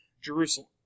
Jerusalem